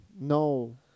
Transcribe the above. No